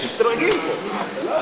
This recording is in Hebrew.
יש דרגים פה.